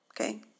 Okay